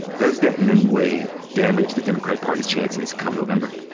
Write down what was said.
does that in any way damage the democratic party's chances come november?